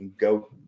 go